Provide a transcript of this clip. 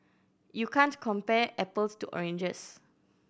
you can't compare apples to oranges